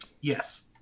Yes